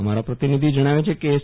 અમારા પ્રતિનિધી જણાવે છે કે એસ